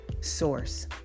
source